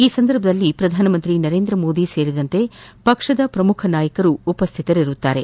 ಈ ಸಂದರ್ಭದಲ್ಲಿ ಪ್ರಧಾನಮಂತ್ರಿ ನರೇಂದ್ರಮೋದಿ ಸೇರಿದಂತೆ ಪಕ್ಷದ ಪ್ರಮುಖ ನಾಯಕರು ಉಪಸ್ಥಿತರಿರಲಿದ್ದಾರೆ